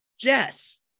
Jess